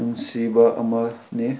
ꯅꯨꯡꯁꯤꯕ ꯑꯃꯅꯤ